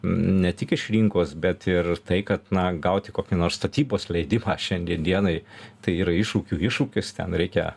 ne tik iš rinkos bet ir tai kad na gauti kokį nors statybos leidimą šiandien dienai tai yra iššūkių iššūkis ten reikia